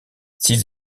six